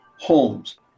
homes